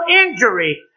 injury